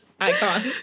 Icon